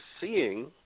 seeing